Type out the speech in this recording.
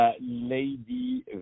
Lady